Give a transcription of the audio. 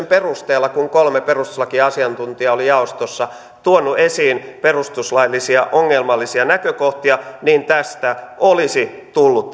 perusteella kun kolme perustuslakiasiantuntijaa oli jaostossa tuonut esiin perustuslaillisia ongelmallisia näkökohtia tästä asiasta olisi tullut